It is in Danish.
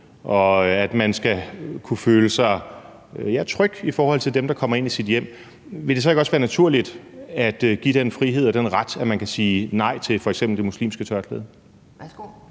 og at man skal kunne føle sig tryg i forhold til dem, der kommer ind i ens hjem, vil det så ikke også være naturligt at give den frihed og ret, at man kan sige nej til f.eks. det muslimske tørklæde?